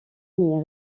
n’y